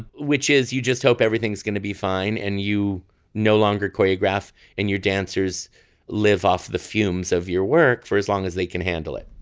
which is you just hope everything's going to be fine and you no longer choreograph and your dancers live off the fumes of your work for as long as they can handle it.